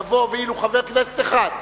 יבוא ולו חבר כנסת אחד,